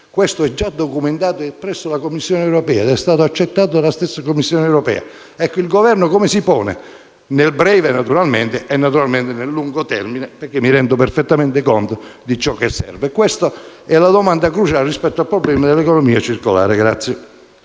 Questo è già documentato presso la Commissione europea ed è stato accettato dalla stessa. II Governo come si pone nel breve e naturalmente nel lungo termine (perché mi rendo perfettamente conto di ciò che serve)? Questa è la domanda cruciale rispetto al problema dell'economia circolare.